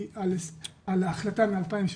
על בסיס החלטה מ-2017,